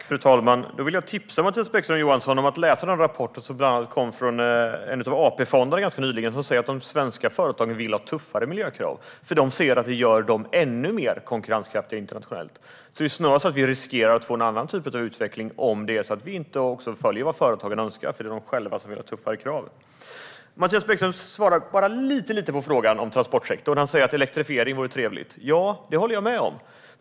Fru talman! Då vill jag tipsa Mattias Bäckström Johansson om att läsa de rapporter som kommit ganska nyligen, bland annat från en av AP-fonderna, om att de svenska företagen vill ha tuffare miljökrav, då de anser att det gör dem ännu konkurrenskraftigare internationellt. Det är snarare så att vi riskerar att få en annan typ av utveckling om vi inte följer vad företagen önskar, för det är de själva som vill ha tuffare krav. Mattias Bäckström Johansson svarar bara lite grann på frågan om transportsektorn. Han säger att elektrifiering vore trevligt. Ja, det håller jag med om.